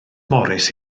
morris